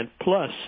plus